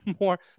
more